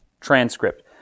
transcript